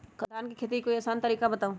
धान के खेती के कोई आसान तरिका बताउ?